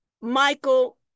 Michael